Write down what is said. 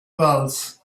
wells